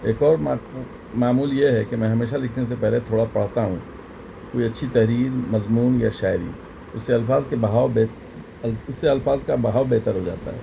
ایک اور معمول یہ ہے کہ میں ہمیشہ لکھنے سے پہلے تھوڑا پڑھتا ہوں کوئی اچھی تحریر مضمون یا شاعری اس سے الفاظ کے بہاؤ اس سے الفاظ کا بہاؤ بہتر ہو جاتا ہے